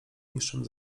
niższym